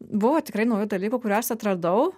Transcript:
buvo tikrai naujų dalykų kuriuos atradau